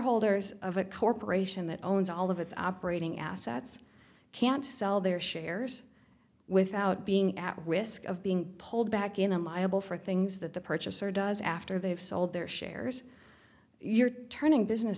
shareholders of a corporation that owns all of its operating assets can't sell their shares without being at risk of being pulled back in and liable for things that the purchaser does after they have sold their shares you're turning business